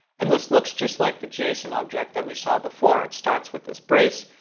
and this looks just like the json object that we saw before. it starts with this brace.